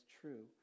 true